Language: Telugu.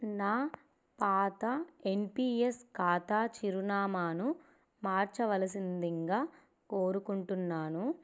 నా పాత ఎన్పీఎస్ ఖాతా చిరునామాను మార్చవలసిందింగా కోరుకుంటున్నాను